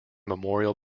memorial